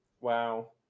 wow